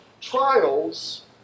trials